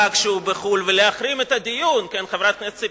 כשהוא בחוץ-לארץ ולהחרים את הדיון,